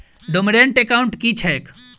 Dormant account की छैक?